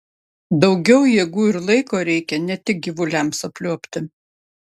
daugiau jėgų ir laiko reikia ne tik gyvuliams apliuobti